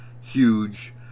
huge